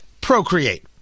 Procreate